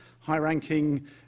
high-ranking